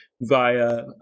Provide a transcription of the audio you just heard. via